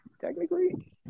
Technically